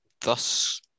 thus